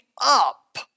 up